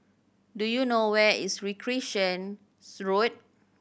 do you know where is Recreation Road